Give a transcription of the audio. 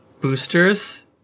boosters